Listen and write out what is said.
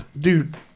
dude